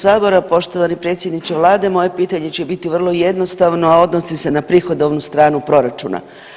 Poštovani predsjedniče vlade, moje pitanje će biti vrlo jednostavno, a odnosi se na prihodovnu stranu proračuna.